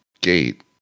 gate